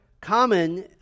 common